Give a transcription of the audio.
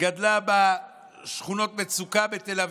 גדלה בשכונות מצוקה בתל אביב,